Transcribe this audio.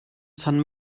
san